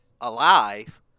alive